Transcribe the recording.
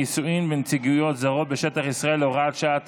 נישואין בנציגויות זרות בשטח ישראל) (הוראת שעה),